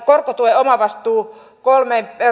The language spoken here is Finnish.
korkotuen omavastuu